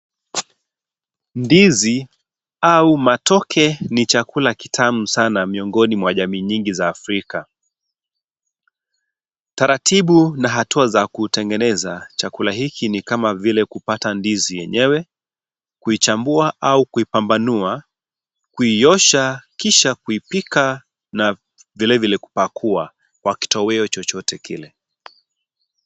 Ndizi au matoke ni chakula kitamu sana miongoni mwa jamii mingi za Africa taratibu na hatua za kutengeneza chakula hiki ni kama vile kupata ndizi yenyewe kuichambua au kuipambanua kuiosha kisha kuipika na vilevile kupakua kwa kitoweo chochote kile.